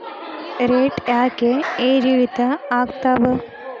Rate ಯಾಕೆ ಏರಿಳಿತ ಆಗ್ತಾವ?